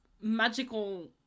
magical